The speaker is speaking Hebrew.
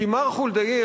כי מר חולדאי,